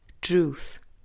Truth